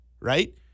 right